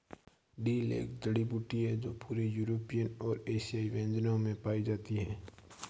dill एक जड़ी बूटी है जो पूरे यूरोपीय और एशियाई व्यंजनों में पाई जाती है